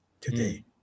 today